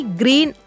green